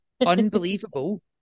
Unbelievable